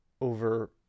over